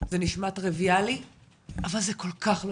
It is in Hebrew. זה נשמע טריוויאלי אבל זה כל כך לא